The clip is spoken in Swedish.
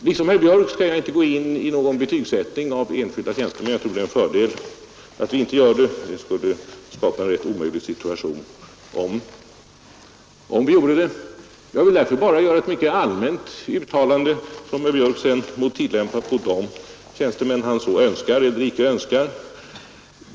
Liksom herr Björck i Nässjö skall jag avstå från att betygsätta enskilda tjänstemän — jag tror det är en fördel att vi inte gör det; det skulle skapa en rätt omöjlig situation om vi gjorde det. Jag vill därför bara göra ett mycket allmänt uttalande, som herr Björck sedan må tillämpa på de tjänstemän han önskar.